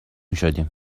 شدیم